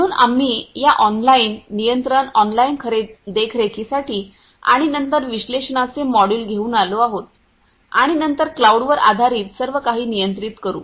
म्हणून आम्ही या ऑनलाइन नियंत्रण ऑनलाइन देखरेखीसाठी आणि नंतर विश्लेषणाचे मॉड्यूल घेऊन आलो आहोत आणि नंतर क्लाऊड वर आधारीत सर्व काही नियंत्रित करू